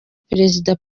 perezida